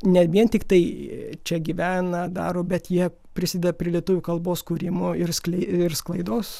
ne vien tiktai čia gyvena daro bet jie prisideda prie lietuvių kalbos kūrimo ir sklei ir sklaidos